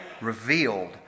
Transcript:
revealed